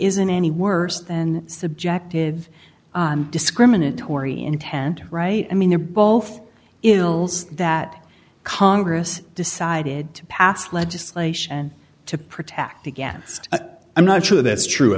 isn't any worse than subjective discriminatory intent right i mean they're both ills that congress decided to pass legislation to protect against i'm not sure that's true i